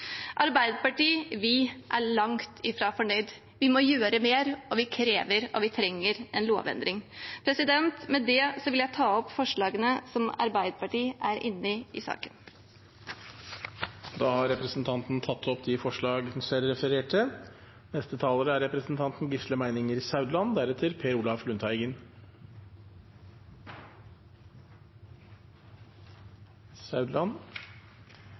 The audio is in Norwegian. Arbeiderpartiet er langt fra fornøyd. Vi må gjøre mer, og vi krever og trenger en lovendring. Med det vil jeg ta opp forslaget Arbeiderpartiet er inne i i saken. Representanten Elise Bjørnebekk-Waagen har tatt opp det forslaget hun refererte til. Jeg tror alle her er